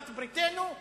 בעלת בריתנו,